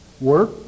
work